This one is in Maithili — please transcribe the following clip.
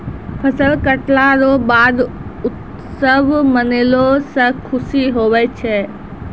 फसल लटला रो बाद उत्सव मनैलो से खुशी हुवै छै